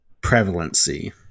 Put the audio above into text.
prevalency